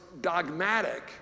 dogmatic